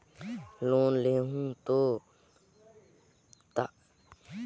Loan लेहूं ता काहीं जाएत ला गिरवी रखेक लगही?